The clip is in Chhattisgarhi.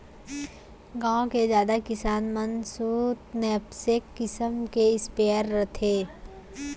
गॉँव के जादा किसान मन सो नैपसेक किसम के स्पेयर रथे